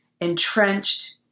entrenched